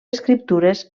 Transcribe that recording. escriptures